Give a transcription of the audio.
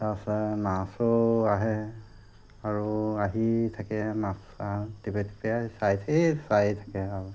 তাৰ পৰা নাৰ্ছো আহে আৰু আহি থাকে নাৰ্ছ টিপে টিপে চাই থাকে আৰু